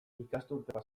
ikasturtea